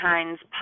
Hines